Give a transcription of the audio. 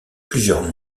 plusieurs